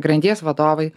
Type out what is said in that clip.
grandies vadovai